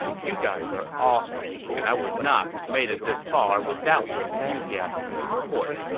you guys are awesome, and i would not have made it this far without your enthusiasm and support.